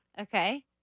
Okay